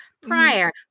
prior